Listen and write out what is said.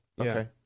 Okay